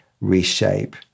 reshape